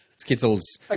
Skittles